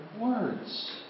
words